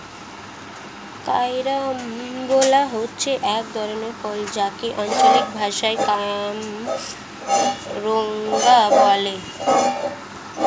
carambola হচ্ছে এক ধরনের ফল যাকে আঞ্চলিক ভাষায় কামরাঙা বলে